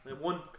One